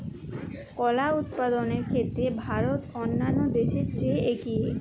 কলা উৎপাদনের ক্ষেত্রে ভারত অন্যান্য দেশের চেয়ে এগিয়ে